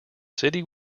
city